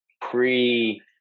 pre